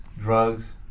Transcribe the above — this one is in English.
drugs